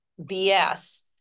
BS